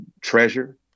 treasure